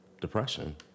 depression